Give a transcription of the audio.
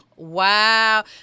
wow